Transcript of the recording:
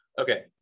Okay